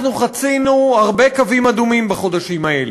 אנחנו חצינו הרבה קווים אדומים בחודשים האלה,